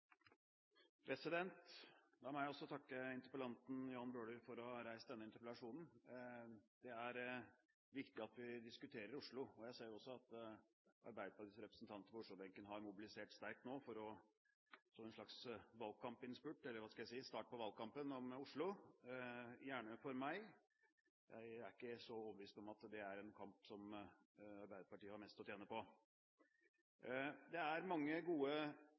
La meg også få takke interpellanten Jan Bøhler for å ha reist denne interpellasjonen. Det er viktig at vi diskuterer Oslo, og jeg ser jo også at Arbeiderpartiets representanter fra Oslo-benken har mobilisert sterkt nå – som en slags start på valgkampen om Oslo. Gjerne for meg, men jeg er ikke så overbevist om at det er en kamp som Arbeiderpartiet har mest å tjene på. Det er mange gode